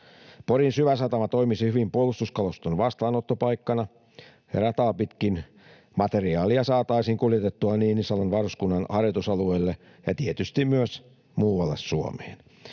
Porin syväsatama toimisi hyvin puolustuskaluston vastaanottopaikkana, ja rataa pitkin materiaalia saataisiin kuljetettua Niinisalon varuskunnan harjoitusalueille ja tietysti myös muualle Suomeen.